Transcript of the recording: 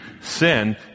sin